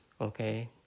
okay